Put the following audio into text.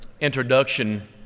introduction